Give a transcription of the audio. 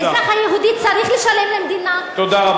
האזרח היהודי צריך לשלם למדינה, תודה רבה.